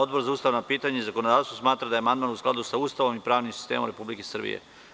Odbor za ustavna pitanja i zakonodavstvo smatra da je amandman u skladu sa Ustavom sistemom Republike Srbije.